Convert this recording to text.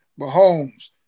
Mahomes